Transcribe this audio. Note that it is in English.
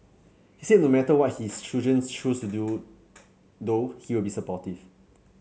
he said no matter what his children choose to do though he'll be supportive